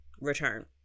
return